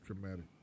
traumatic